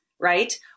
right